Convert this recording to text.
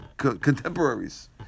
Contemporaries